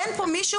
אין כאן מישהו,